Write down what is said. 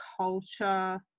culture